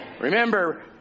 Remember